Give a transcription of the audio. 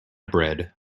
bread